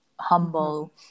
humble